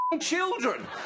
children